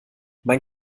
mein